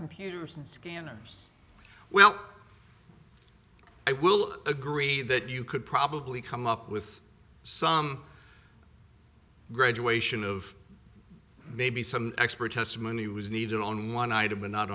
computers scanners well i will agree that you could probably come up with some graduation of maybe some expert testimony was needed on one item and not